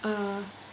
err